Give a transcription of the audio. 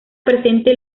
presente